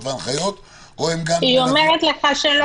וההנחיות או הם גם --- היא אומרת לך שלא.